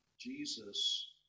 Jesus